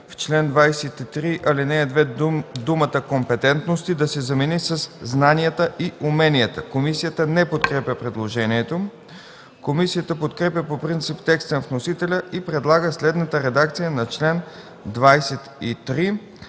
в чл. 23, ал. 2 думата „компетентностите” да се замени със „знанията и уменията”. Комисията не подкрепя предложението. Комисията подкрепя по принцип текста на вносителя и предлага следната редакция на чл. 23,